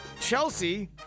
Chelsea